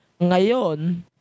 ngayon